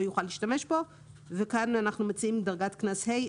יוכל להשתמש בו וכאן אנחנו מציעים דרגת קנס ה',